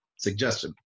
suggestion